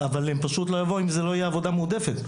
הם לא יבואו אם זאת לא תהיה עבודה מועדפת.